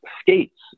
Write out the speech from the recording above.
skates